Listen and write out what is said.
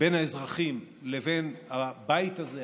בין האזרחים לבין הבית הזה,